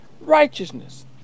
righteousness